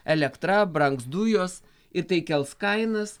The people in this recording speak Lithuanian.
elektra brangs dujos ir tai kels kainas